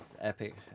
epic